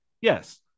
Yes